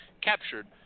captured